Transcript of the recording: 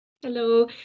Hello